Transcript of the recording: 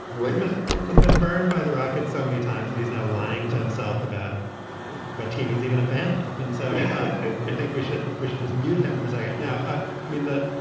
and like right. he's been burned by the rockets so many times that he's now lying to himself about what team he's even a fan of. and so i think we should we should just mute him for zayat now. i mean that.